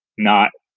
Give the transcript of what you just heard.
not,